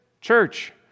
church